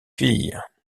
filles